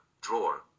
drawer